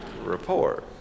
report